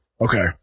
Okay